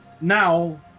Now